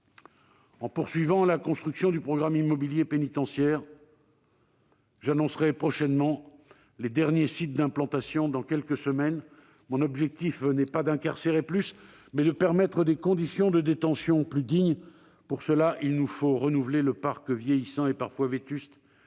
en poursuivant la construction du programme immobilier pénitentiaire, dont j'annoncerai les derniers sites d'implantation dans quelques semaines, mon objectif est non pas d'incarcérer plus, mais de permettre des conditions de détention plus dignes. Pour cela, il nous faut renouveler le parc vieillissant et parfois vétuste